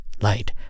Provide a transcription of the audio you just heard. Light